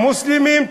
המוסלמים,